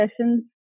sessions